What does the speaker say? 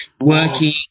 working